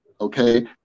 okay